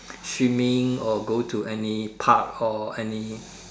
swimming or go to any Park or any